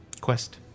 Quest